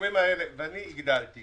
כשאני נכנסתי